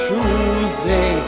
Tuesday